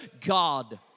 God